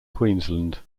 queensland